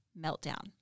meltdown